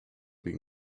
been